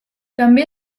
també